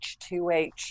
H2H